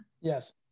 yes